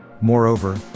Moreover